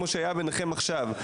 כמו שהיה ביניכם עכשיו,